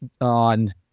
on